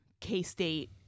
K-State